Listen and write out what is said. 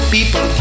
People